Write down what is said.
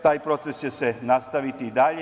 Taj proces će se nastaviti i dalje.